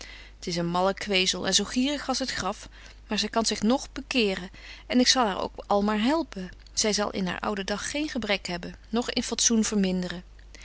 t is een malle kwezel en zo gierig als het graf maar zy kan zich betje wolff en aagje deken historie van mejuffrouw sara burgerhart nog bekéren en ik zal haar ook al maar helpen zy zal in haar ouden dag geen gebrek hebben noch in fatsoen verminderen